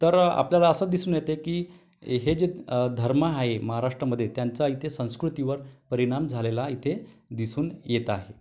तर आपल्याला असं दिसून येते की हे जे धर्म आहे महाराष्ट्रामध्ये त्यांचा इथे संस्कृतीवर परिणाम झालेला इथे दिसून येत आहे